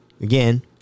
Again